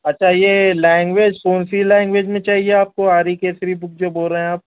اچھا یہ لینگویج کون سی لینگویج میں چاہیے آپ کو آری کیسری بک جو بول رہے آپ